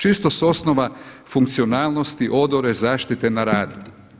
Čisto s osnova funkcionalnosti odore zaštite na radu.